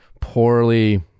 poorly